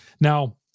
Now